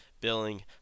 billing